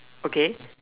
okay